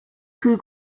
who